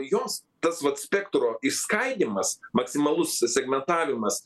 jos tas vat spektro išskaidymas maksimalus segmentavimas